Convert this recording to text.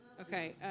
Okay